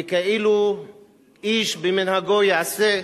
וכאילו איש כמנהגו יעשה.